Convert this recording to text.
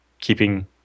keeping